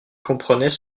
comprenaient